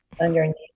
underneath